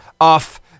off